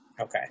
okay